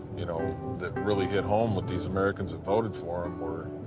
you know, that really hit home with these americans who voted for him were,